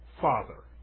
father